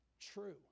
true